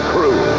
Crew